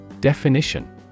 Definition